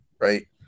right